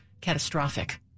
catastrophic